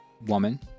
woman